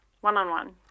One-on-one